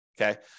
Okay